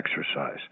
exercise